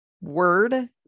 word